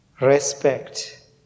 Respect